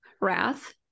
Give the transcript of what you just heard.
wrath